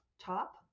top